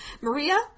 Maria